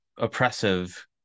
oppressive